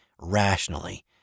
rationally